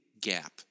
gap